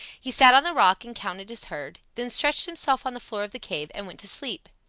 he sat on the rock and counted his herd then stretched himself on the floor of the cave and went to sleep.